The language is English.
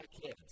kids